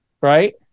right